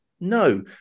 No